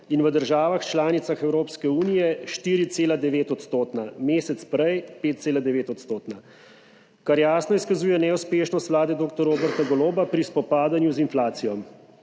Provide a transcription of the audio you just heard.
in v državah članicah Evropske unije 4,9-odstotna, mesec prej 5,9-odstotna, kar jasno izkazuje neuspešnost vlade dr. Roberta Goloba pri spopadanju z inflacijo.